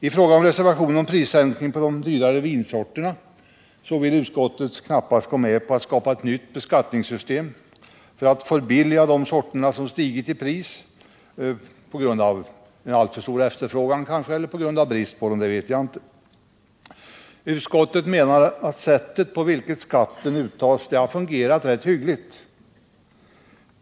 I fråga om reservationen om prissättningen på de dyrare vinsorterna vill utskottet knappast gå med på att skapa ett nytt beskattningssystem för att förbilliga de sorter som stigit i pris — oavsett om det skett på grund av alltför stor efterfrågan eller bristande tillgång eller av något annat skäl. Utskottet menar att det sätt på vilket skatten uttas har fungerat hyggligt.